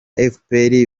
efuperi